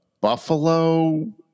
Buffalo